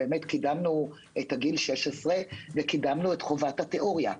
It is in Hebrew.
קידמנו את גיל 16 ואת חובת התיאוריה.